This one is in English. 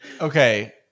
Okay